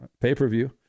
Pay-per-view